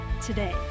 today